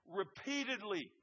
repeatedly